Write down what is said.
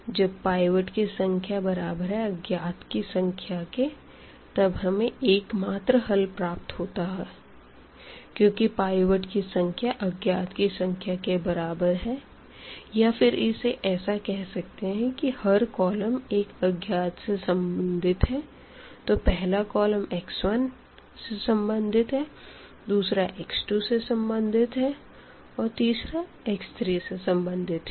जब पाइवट की संख्या बराबर है अज्ञात की संख्या के तब हमें एकमात्र हल प्राप्त होगा क्योंकि पाइवट की संख्या अज्ञात की संख्या के बराबर है या फिर इसे ऐसे कह सकते हैं कि हर कॉलम एक अज्ञात से संबंधित है तो पहला कॉलम x1 से संबंधित है दूसरा x2 से संबंधित है और तीसरा x3 से संबंधित है